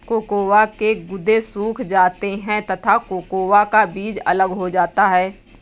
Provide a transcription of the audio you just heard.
cocoa के गुदे सूख जाते हैं तथा कोकोआ का बीज अलग हो जाता है